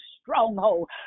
stronghold